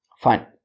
fine